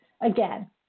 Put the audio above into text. again